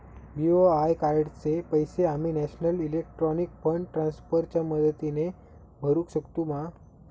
BOI कार्डाचे पैसे आम्ही नेशनल इलेक्ट्रॉनिक फंड ट्रान्स्फर च्या मदतीने भरुक शकतू मा?